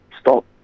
stop